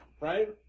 Right